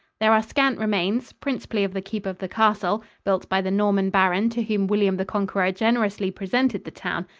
there are scant remains, principally of the keep of the castle, built by the norman baron to whom william the conqueror generously presented the town.